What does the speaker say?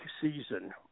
season